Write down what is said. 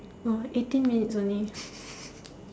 oh eighteen minutes only